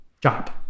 job